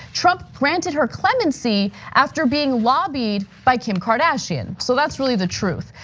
trump granted her clemency after being lobbied by kim kardashian so that's really the truth.